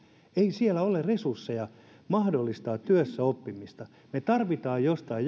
siellä ole resursseja mahdollistaa työssäoppimista me tarvitsemme jostain